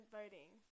voting